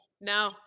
No